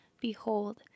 Behold